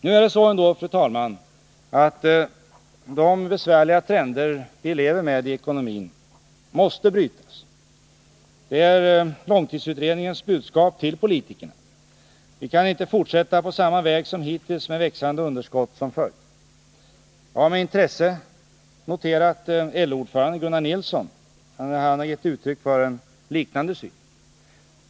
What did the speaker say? Nu är det ändå så, fru talman, att de besvärliga trender vi lever med i ekonomin måste brytas. Det är långtidsutredningens budskap till politikerna. Vi kan inte fortsätta på samma väg som hittills med växande underskott som följd. Jag har med intresse noterat att LO-ordföranden Gunnar Nilsson gett uttryck för en liknande syn.